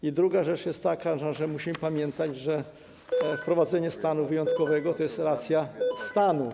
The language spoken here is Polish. I druga rzecz jest taka, że musimy pamiętać, że wprowadzenie stanu wyjątkowego to jest racja stanu.